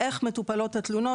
איך מטופלות התלונות?